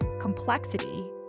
complexity